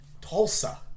Tulsa